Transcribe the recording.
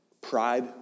pride